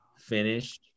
finished